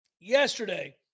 yesterday